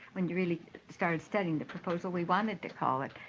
when you really started studying the proposal we wanted to call it